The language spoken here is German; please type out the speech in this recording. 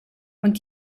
und